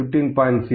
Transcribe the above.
0315